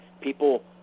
people